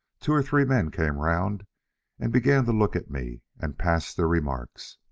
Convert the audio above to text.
two or three men came round and began to look at me and pass their remarks.